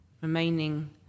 remaining